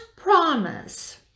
promise